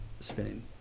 spinning